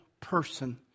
person